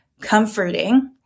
comforting